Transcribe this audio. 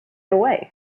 away